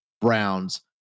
Browns